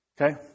Okay